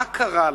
מה קרה לה?